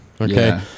Okay